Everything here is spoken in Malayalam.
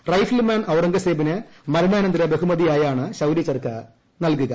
റൈഫിൾമാൻ ഔറംഗസേബിന് മരണാനന്തര ബഹുമതിയായാണ് ശൌര്യചക്ര നൽകുക